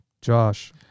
Josh